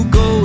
go